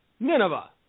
Nineveh